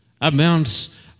amounts